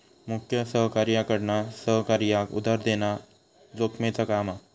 मुख्य सहकार्याकडना सहकार्याक उधार देना जोखमेचा काम हा